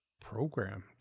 programmed